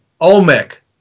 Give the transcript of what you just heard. Olmec